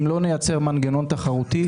אם לא נייצר מנגנון תחרותי,